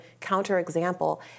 counterexample